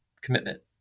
commitment